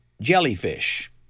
jellyfish